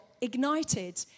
ignited